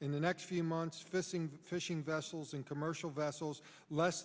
in the next few months fishing fishing vessels and commercial vessels less